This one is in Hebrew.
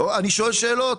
אני שואל שאלות.